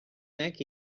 neck